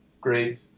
great